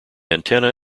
antenna